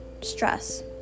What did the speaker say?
stress